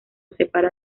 separa